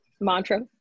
Mantra